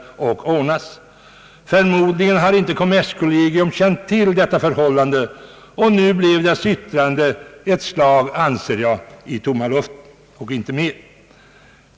För modligen har kommerskollegium inte känt till detta förhållande, och nu blev dess yttrande, anser jag, ett slag i tomma luften och inte mer.